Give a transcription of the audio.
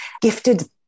gifted